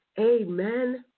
Amen